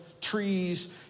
trees